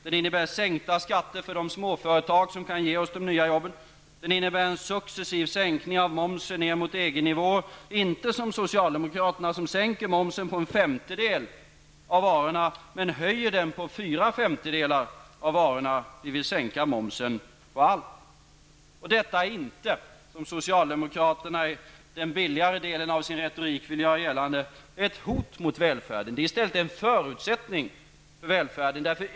Den innebär sänkta skatter för de småföretag som kan ge oss de nya jobben. Och den innebär en successiv sänkning av momsen ned mot EG-nivåer. Socialdemokraterna däremot sänker momsen på en femtedel av varorna, men höjer den på fyra femtedelar av varorna. Vi vill sänka momsen på allt. Detta är inte -- som socialdemokraterna i den billigare delen av sin retorik vill göra gällande -- ett hot mot välfärden. Det är i stället en förutsättning för välfärden.